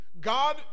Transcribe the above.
God